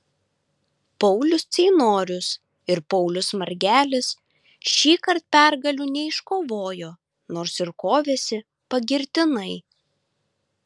paulius ceinorius ir paulius margelis šįkart pergalių neiškovojo nors ir kovėsi pagirtinai